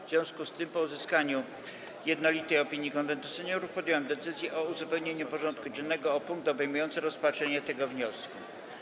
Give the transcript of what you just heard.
Z związku z tym, po uzyskaniu jednolitej opinii Konwentu Seniorów, podjąłem decyzję o uzupełnieniu porządku dziennego o punkt obejmujący rozpatrzenie tego wniosku.